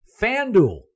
FanDuel